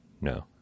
No